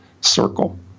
circle